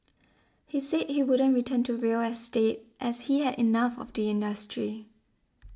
he said he wouldn't return to real estate as he had enough of the industry